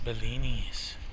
Bellini's